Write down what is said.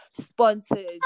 sponsors